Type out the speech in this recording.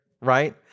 right